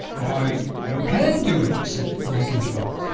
why, you can do it, said blenkinthrope,